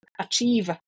achieve